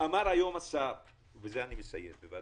אמר היום שר החינוך בוועדת